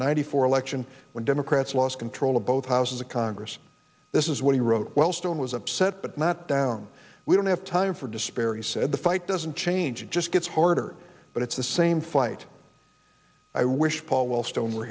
ninety four election when democrats lost control of both houses of congress this is what he wrote while stone was upset but not down we don't have time for despair he said the fight doesn't change it just gets harder but it's the same fight i wish paul wellstone were